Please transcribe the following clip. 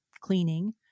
cleaning